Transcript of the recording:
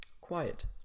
Quiet